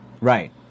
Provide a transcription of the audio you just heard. Right